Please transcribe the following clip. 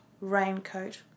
raincoat